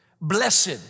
Blessed